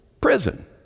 prison